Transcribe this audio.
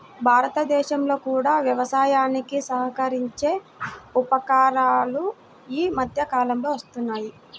భారతదేశంలో కూడా వ్యవసాయానికి సహకరించే ఉపకరణాలు ఈ మధ్య కాలంలో వస్తున్నాయి